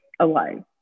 alive